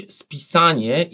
spisanie